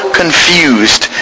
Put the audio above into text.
confused